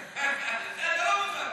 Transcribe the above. זה, אתה לא מוכן.